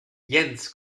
jens